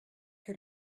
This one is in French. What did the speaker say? que